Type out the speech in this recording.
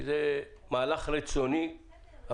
כי זה מהלך רצוני.